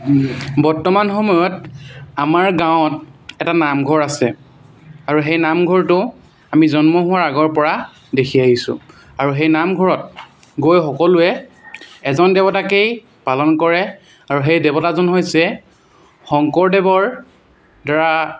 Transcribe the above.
বৰ্তমান সময়ত আমাৰ গাঁৱত এটা নামঘৰ আছে আৰু সেই নামঘৰটো আমি জন্ম হোৱাৰ আগৰ পৰা দেখি আহিছোঁ আৰু সেই নামঘৰত গৈ সকলোৱে এজন দেৱতাকেই পালন কৰে আৰু সেই দেৱতাজন হৈছে শংকৰদেৱৰ দ্বাৰা